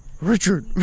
Richard